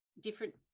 different